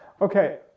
Okay